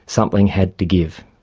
something had to give.